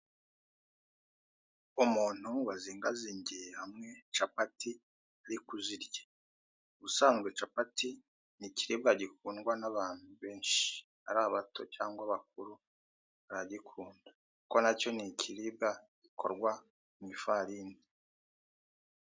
Umuntu wazingazingiye hamwe capati, uri kuzirya. Ubusanzwe capati ni ikiribwa gikundwa n'abantu benshi. Ari abato cyangwa abakuru baragikunda. Kuko na cyo ni ikiribwa gikorwa mu ifarini.